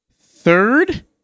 third